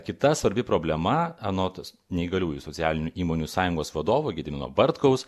kita svarbi problema anot neįgaliųjų socialinių įmonių sąjungos vadovo gedimino bartkaus